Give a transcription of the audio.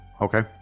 okay